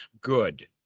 good